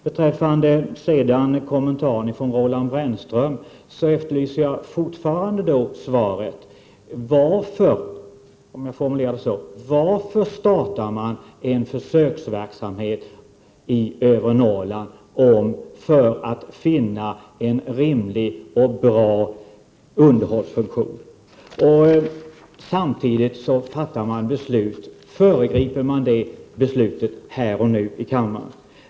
Beträffande kommentaren från Roland Brännström, efterlyser jag fortfarande svar på frågan: Varför startar man en försöksverksamhet i övre Norrland för att finna en rimlig och bra underhållsfunktion samtidigt som det beslutet föregrips här och nu i kammaren?